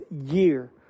year